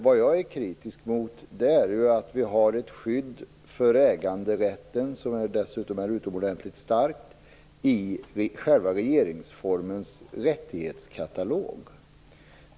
Vad jag är kritisk mot är att det finns ett skydd för äganderätten som är utomordentligt starkt i regeringsformens rättighetskatalog.